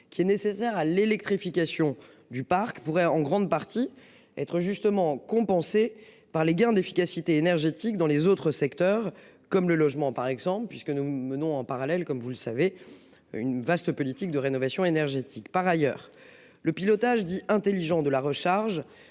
qui est nécessaire à l'électrification du parc pourrait en grande partie être justement. Par les gains d'efficacité énergétique dans les autres secteurs comme le logement par exemple puisque nous menons en parallèle comme vous le savez une vaste politique de rénovation énergétique. Par ailleurs le pilotage dits intelligents de la recharge